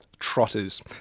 trotters